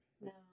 no